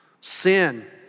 Sin